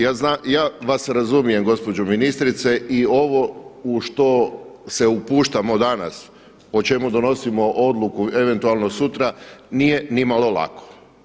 Ja vas razumijem gospođo ministrice i ovo u što se upuštamo danas o čemu donosimo odluku eventualno sutra nije ni malo lako.